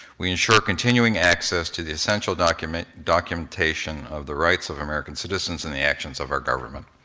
we ensure continuing access to the essential documentation documentation of the rights of american citizens and the actions of our government.